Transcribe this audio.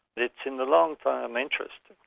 it's in the long-term interest.